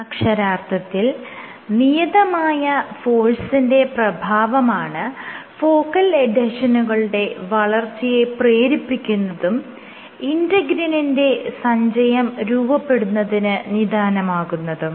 അക്ഷരാർത്ഥത്തിൽ നിയതമായ ഫോഴ്സിന്റെ പ്രഭാവമാണ് ഫോക്കൽ എഡ്ഹെഷനുകളുടെ വളർച്ചയെ പ്രേരിപ്പിക്കുന്നതും ഇന്റെഗ്രിനിന്റെ സഞ്ചയം രൂപപ്പെടുന്നതിന് നിദാനമാകുന്നതും